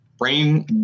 brain